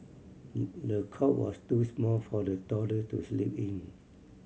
the cot was too small for the toddler to sleep in